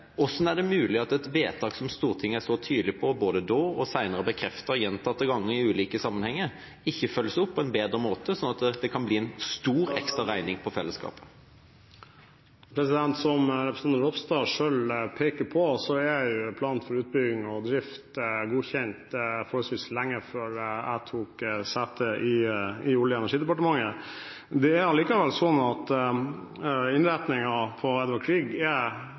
er det mulig at et vedtak som Stortinget har vært så tydelig på – både da og senere, bekreftet gjentatte ganger i ulike sammenhenger – ikke følges opp på en bedre måte? Det kan bli en stor ekstra regning på fellesskapet. Som representanten Ropstad selv peker på, ble plan for utbygging og drift godkjent forholdsvis lenge før jeg tok sete i Olje- og energidepartementet. Det er allikevel slik at innretningen på Edvard Grieg-feltet er